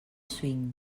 swing